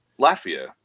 Latvia